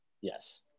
Yes